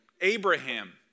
Abraham